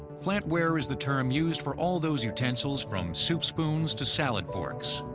flatware is the term used for all those utensils from soup spoons to salad forks,